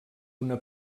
una